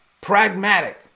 pragmatic